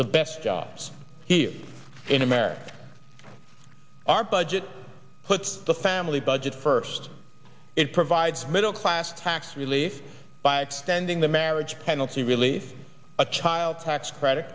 the best jobs here in america our budget puts the family budget first it provides middle class tax relief by extending the marriage penalty really a child tax credit